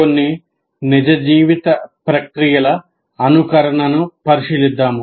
కొన్ని నిజ జీవిత ప్రక్రియల అనుకరణను పరిశీలిద్దాం